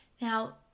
Now